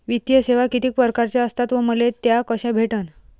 वित्तीय सेवा कितीक परकारच्या असतात व मले त्या कशा भेटन?